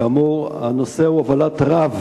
כאמור, הנושא הוא הובלת רב